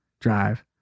drive